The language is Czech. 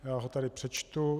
Já ho tady přečtu.